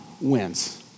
wins